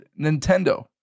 Nintendo